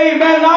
Amen